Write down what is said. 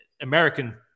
American